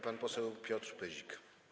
Pan poseł Piotr Pyzik.